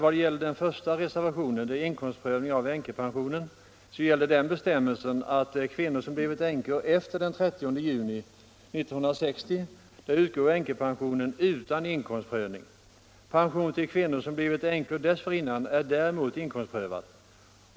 Vad beträffar reservationen 1, om inkomstprövning av änkepension, gäller bestämmelsen att för kvinnor som blivit änkor efter den 30 juni 1960 utgår änkepensionen utan inkomstprövning. Pension till kvinnor som blivit änkor dessförinnan är däremot inkomstprövad.